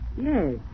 Yes